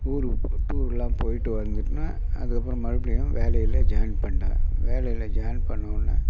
ஊருக்கு போ டூரெல்லாம் போய்விட்டு வந்துவிட்டோன்ன அதுக்கப்புறம் மறுபடியும் வேலையில் ஜாயின் பண்ணிட்டேன் வேலையில் ஜாய்ன் பண்ணவுன்னே